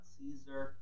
Caesar